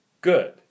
good